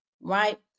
right